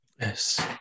Yes